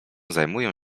zajmują